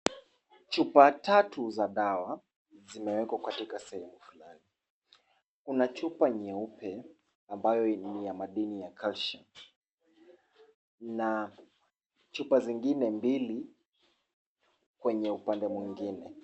Chupa tatu za dawa zimewekwa katika sehemu fulani kuna chupa nyeupe ambayo ni ya madini ya calcium na chupa zingine mbili kwenye upande mwingine.